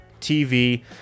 TV